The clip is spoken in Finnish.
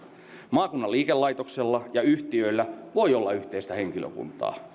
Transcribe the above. maakunnan liikelaitoksella ja yhtiöillä voi olla yhteistä henkilökuntaa